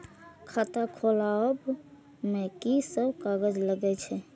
खाता खोलाअब में की सब कागज लगे छै?